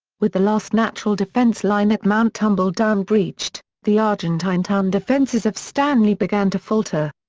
with the last natural defence line at mount tumbledown breached, the argentine town defences of stanley began to falter.